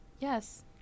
Yes